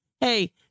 Hey